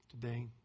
today